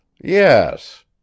Yes